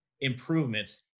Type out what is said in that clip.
improvements